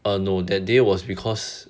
err no that day was because